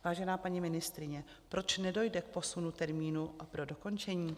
Vážená paní ministryně, proč nedojde k posunu termínu pro dokončení?